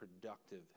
productive